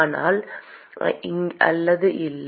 ஆம் அல்லது இல்லை